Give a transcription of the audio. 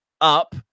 up